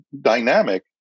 dynamic